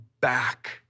back